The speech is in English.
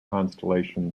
constellation